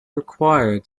require